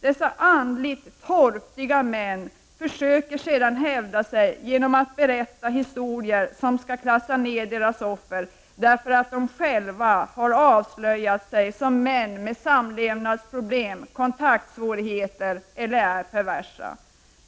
Dessa andligt torftiga män försöker sedan hävda sig genom att berätta historier som skall klassa ner deras offer därför att de själva är avslöjade som män med samlevnadsproblem, med kontaktsvårigheter eller som är perversa.